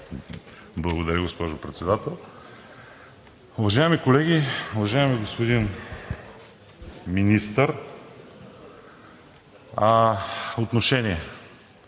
Благодаря, госпожо Председател. Уважаеми колеги, уважаеми господин Министър! Отношение